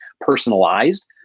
personalized